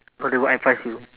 no they won't advise you